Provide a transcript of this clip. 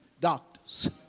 doctors